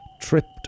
tripped